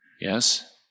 Yes